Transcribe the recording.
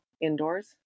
indoors